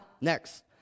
next